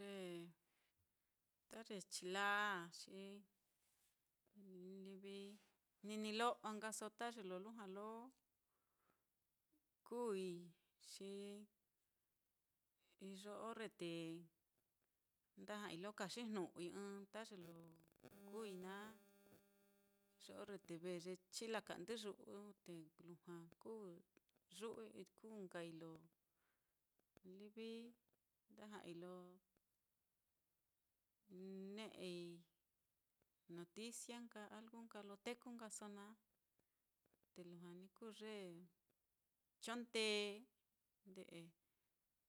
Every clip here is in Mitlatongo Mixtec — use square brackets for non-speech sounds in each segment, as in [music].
Ye ta ye chila á xi [noise] livi nini lo'o nkaso ta ye lo lujua lo kuui, xi iyo orre te nda ja'ai lo kaxijnu'ui ɨ́ɨ́n [noise] ta ye lo kuui naá, iyo orre te ve ye chilaka'ndɨyu'u te lujua kuui yu'u kuu nkai lo livi lo nda ja'ai lo ne'ei noticia nka algu nka lo tekuso naá. Te lujua ní kuu ye chon ndee nde'e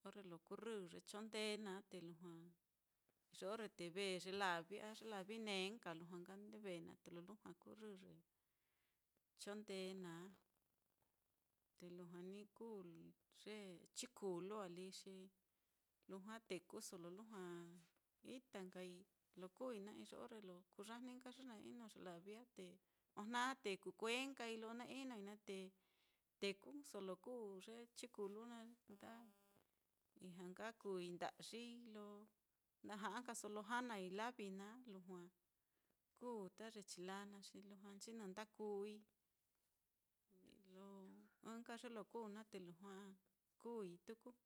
orre lo kurrɨ ye chon ndee naá, te lujua iyo orre te ve ye lavi a ye lavi nēē nka lujua nka ndee ve nka na te lo lujua kurrɨ ye chon ndee naá. [noise] te lujua ní kuu ye chikulu lí á, xi lujua tekuso lo lujua ita nkai lo kuui naá, iyo orre lo kuyajni nka ye na ino ye lavi á, te ojna te kuu kue nka lo na inoi naá, te tekuso lo kuu ye chikulu naá, [noise] kuenda ijña nka kuui nda'yii lo na ja'a nkaso lo janai lavi naá lujua kuu ta ye chila naá xi lujua nchinɨ nda kuui, lo ɨ́ɨ́n nka ye lo kuu naá te lujua kuui tuku. [noise]